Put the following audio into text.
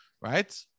Right